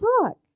talk